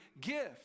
gift